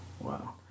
wow